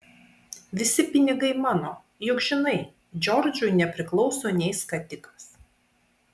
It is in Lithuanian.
visi pinigai mano juk žinai džordžui nepriklauso nė skatikas